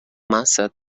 massa